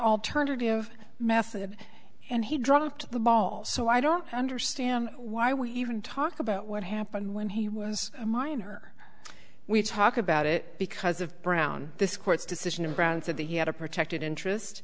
alternative method and he dropped the ball so i don't understand why we even talk about what happened when he was a minor we talk about it because of brown this court's decision and grounds of the you had a protected interest